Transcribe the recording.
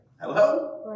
Hello